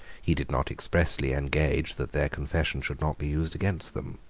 he did not expressly engage that their confession should not be used against them.